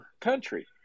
country